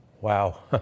Wow